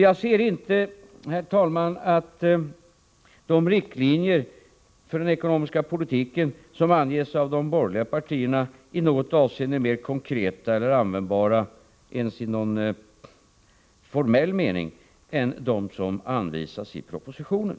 Jag ser inte, herr talman, att de riktlinjer för den ekonomiska politiken som anges av de borgerliga partierna i något avseende är mer konkreta eller användbara, ens i någon formell mening, än de som anvisas i propositionen.